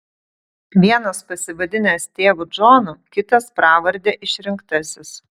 vienas pasivadinęs tėvu džonu kitas pravarde išrinktasis